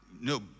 no